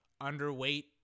underweight